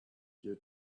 you